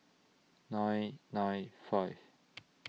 nine nine five